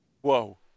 Whoa